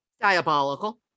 Diabolical